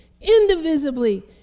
indivisibly